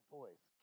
voice